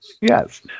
Yes